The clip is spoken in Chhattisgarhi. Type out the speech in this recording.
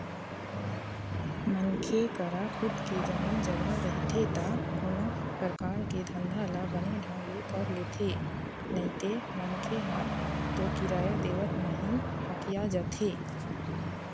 मनखे करा खुद के जमीन जघा रहिथे ता कोनो परकार के धंधा ल बने ढंग ले कर लेथे नइते मनखे ह तो किराया देवत म ही हकिया जाथे